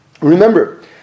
Remember